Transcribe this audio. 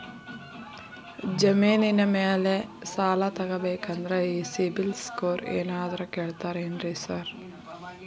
ಜಮೇನಿನ ಮ್ಯಾಲೆ ಸಾಲ ತಗಬೇಕಂದ್ರೆ ಈ ಸಿಬಿಲ್ ಸ್ಕೋರ್ ಏನಾದ್ರ ಕೇಳ್ತಾರ್ ಏನ್ರಿ ಸಾರ್?